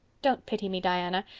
don't pity me, diana,